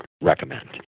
recommend